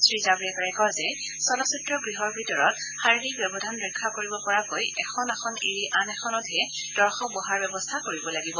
শ্ৰীজাভড়েকাৰে কয় যে চলচিত্ৰ গৃহৰ ভিতৰত শাৰিৰীক ব্যৱধান ৰক্ষা কৰিব পৰাকৈ এখন আসন এৰি আন এখনতহে দৰ্শক বহাৰ ব্যৱস্থা কৰিব লাগিব